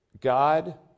God